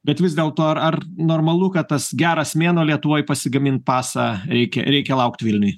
bet vis dėlto ar ar normalu kad tas geras mėnuo lietuvoj pasigamint pasą reikia reikia laukt vilniuj